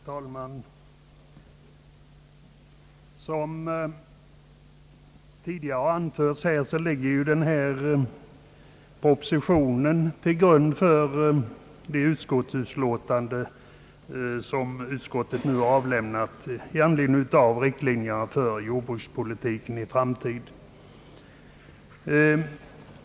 Herr talman! Som tidigare har anförts ligger proposition nr 95 till grund för det utlåtande som jordbruksutskottet nu har avlämnat angående riktlinjerna för den framtida jordbrukspolitiken.